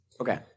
Okay